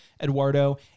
Eduardo